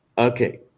Okay